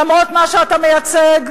למרות מה שאתה מייצג,